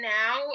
now